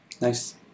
Nice